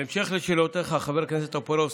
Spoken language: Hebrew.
בהמשך לשאלותיך, חבר הכנסת טופורובסקי,